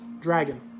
Dragon